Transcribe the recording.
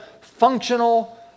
functional